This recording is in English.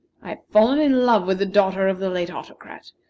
i have fallen in love with the daughter of the late autocrat,